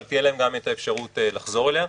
אבל גם תהיה להם אפשרות לחזור אליה.